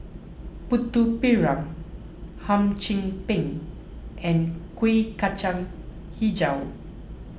Putu Piring Hum Chim Peng and Kuih Kacang HiJau